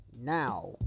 Now